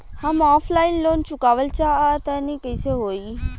हम offline loan चुकावल चाहऽ तनि कइसे होई?